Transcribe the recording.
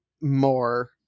more